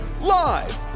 live